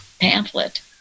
pamphlet